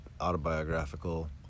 autobiographical